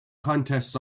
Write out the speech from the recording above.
contests